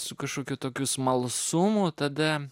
su kažkokiu tokiu smalsumo tada